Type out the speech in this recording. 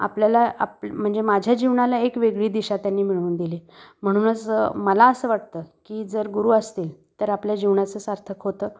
आपल्याला आप म्हणजे माझ्या जीवनाला एक वेगळी दिशा त्यांनी मिळवून दिली म्हणूनच मला असं वाटतं की जर गुरु असतील तर आपल्या जीवनाचं सार्थक होतं